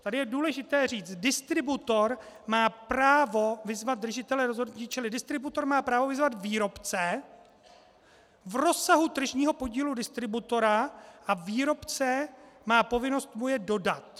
Tady je důležité říct, distributor má právo vyzvat držitele rozhodnutí, čili distributor má právo vyzvat výrobce v rozsahu tržního podílu distributora a výrobce má povinnost mu je dodat.